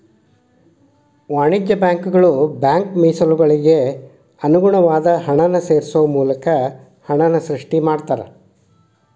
ವಾಣಿಜ್ಯ ಬ್ಯಾಂಕುಗಳ ಬ್ಯಾಂಕ್ ಮೇಸಲುಗಳಿಗೆ ಅನುಗುಣವಾದ ಹಣನ ಸೇರ್ಸೋ ಮೂಲಕ ಹಣನ ಸೃಷ್ಟಿ ಮಾಡ್ತಾರಾ